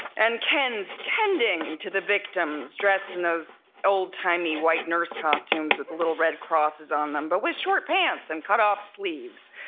and kens tending to the victims dressed in those old-timey white nurse costumes with the little red crosses on them, but with short pants and cutoff sleeves